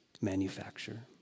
manufacture